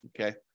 Okay